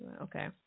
Okay